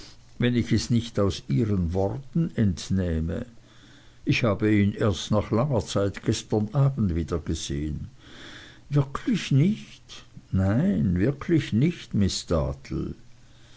wenn ich es nicht aus ihren worten entnähme ich habe ihn erst nach langer zeit gestern abends wiedergesehen wirklich nicht nein wirklich nicht miß dartle